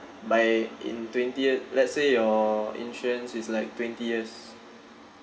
by in twentieth let's say your insurance is like twenty years